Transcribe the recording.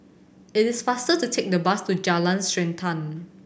it is faster to take the bus to Jalan Srantan